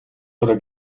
орой